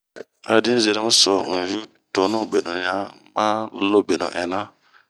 A din zeremi so un yu tonu benu ɲan ma lonbenu ɛna.